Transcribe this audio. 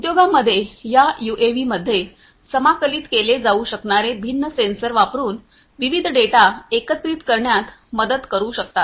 उद्योगांमध्येया यूएव्हीमध्ये समाकलित केले जाऊ शकणारे भिन्न सेन्सर वापरून विविध डेटा एकत्रित करण्यात मदत करू शकतात